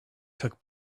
took